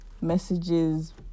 messages